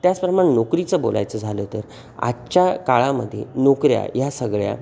त्याचप्रमाणे नोकरीचं बोलायचं झालं तर आजच्या काळामध्ये नोकऱ्या ह्या सगळ्या